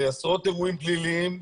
בעשרות אירועים פליליים,